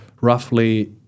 roughly